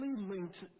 linked